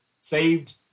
saved